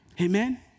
Amen